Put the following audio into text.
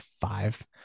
five